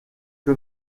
que